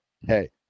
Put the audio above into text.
hey